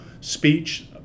speech